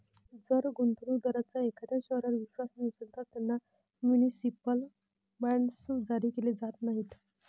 जर गुंतवणूक दारांचा एखाद्या शहरावर विश्वास नसेल, तर त्यांना म्युनिसिपल बॉण्ड्स जारी केले जात नाहीत